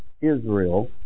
Israel